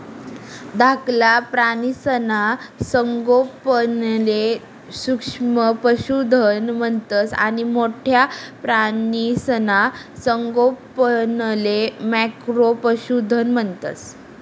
धाकला प्राणीसना संगोपनले सूक्ष्म पशुधन म्हणतंस आणि मोठ्ठा प्राणीसना संगोपनले मॅक्रो पशुधन म्हणतंस